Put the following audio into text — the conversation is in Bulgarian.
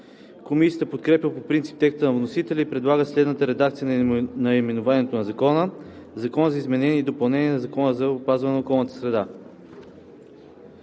Комисията подкрепа по принцип текста на вносителя и предлага следната редакция на наименованието на Закона: „Закон за изменение и допълнение на Закона за опазване на околната среда.“